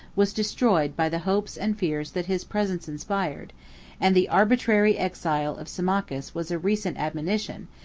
was destroyed by the hopes and fears that his presence inspired and the arbitrary exile of symmachus was a recent admonition,